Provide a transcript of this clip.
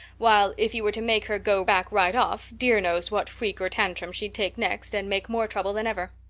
while, if you were to make her go back right off, dear knows what freak or tantrum she'd take next and make more trouble than ever.